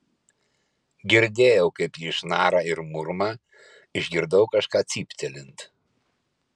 girdėjau kaip ji šnara ir murma išgirdau kažką cyptelint